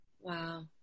Wow